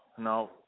No